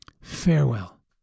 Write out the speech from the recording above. farewell